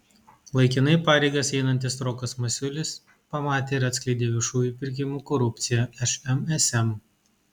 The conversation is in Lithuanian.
laikinai pareigas einantis rokas masiulis pamatė ir atskleidė viešųjų pirkimų korupciją šmsm